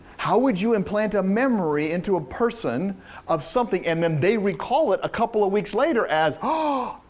how would you implant a memory into a person of something and then they recall it a couple of weeks later as ah,